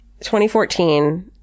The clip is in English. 2014